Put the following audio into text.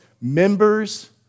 members